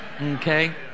Okay